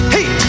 Hey